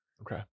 Okay